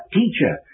teacher